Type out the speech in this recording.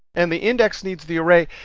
and the index needs the array,